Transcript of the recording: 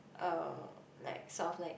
uh like sounds like